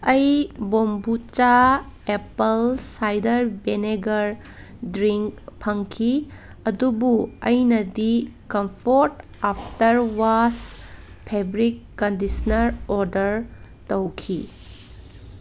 ꯑꯩ ꯕꯣꯝꯕꯨꯆꯥ apple cider vinegar drink ꯐꯪꯈꯤ ꯑꯗꯨꯕꯨ ꯑꯩꯅꯗꯤ comfort after wash fabric conditioner order ꯇꯧꯈꯤ